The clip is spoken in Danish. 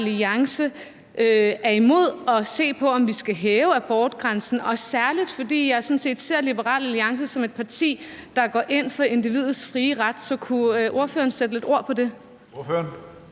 Alliance er imod at se på, om vi skal hæve abortgrænsen, og særlig fordi jeg sådan set ser Liberal Alliance som et parti, der går ind for individets frie ret. Så kunne ordføreren sætte lidt ord på det?